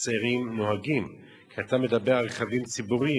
שצעירים נוהגים, כי אתה מדבר על רכבים ציבוריים.